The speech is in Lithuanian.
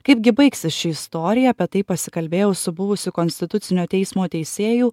kaipgi baigsis ši istorija apie tai pasikalbėjau su buvusiu konstitucinio teismo teisėju